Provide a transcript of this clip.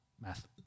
Math